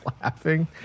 laughing